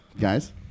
guys